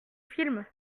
film